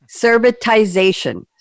servitization